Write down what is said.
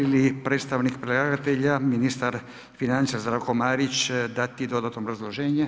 Želi li predstavnik predlagatelja, ministar financija Zdravko Marić, dati dodatno obrazloženje?